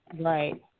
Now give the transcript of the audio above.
Right